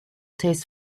tastes